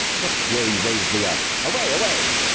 what fury raised thee up? away, away.